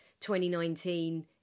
2019